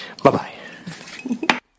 Bye-bye